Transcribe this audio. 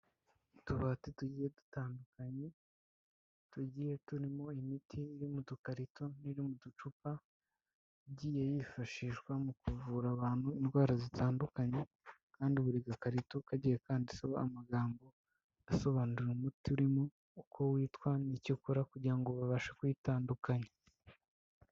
Utubati tugiye dutandukanye, tugiye turimo imiti iri mu dukarito n'iri mu ducupa, igiye yifashishwa mu kuvura abantu indwara zitandukanye. Kandi buri gakarito kagiye kanditseho amagambo asobanura umuti, urimo uko witwa, n'icyo ukora kugira ngo babashe kuyitandukanya.